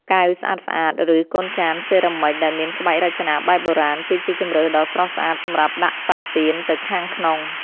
កែវស្អាតៗ ឬកូនចានសេរ៉ាមិចដែលមានក្បាច់រចនាបែបបុរាណ គឺជាជម្រើសដ៏ស្រស់ស្អាតសម្រាប់ដាក់សាច់ទៀនទៅខាងក្នុង។